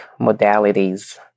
modalities